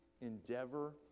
endeavor